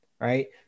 right